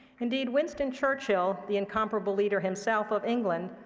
indeed, winston churchill, the incomparable leader himself of england,